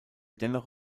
dennoch